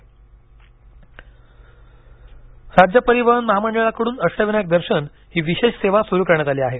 अष्टविनायक दर्शन राज्य परिवहन महामंडळाकडून अष्टविनायक दर्शन ही विशेष सेवा सुरू करण्यात आली आहे